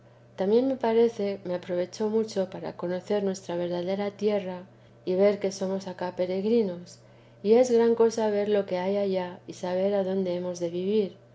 también me parece me aprovechó mucho para conocer nuestra verdadera tierra y ver que somos acá peregrinos y es gran cosa ver lo que hay allá y saber adonde hemos de vivir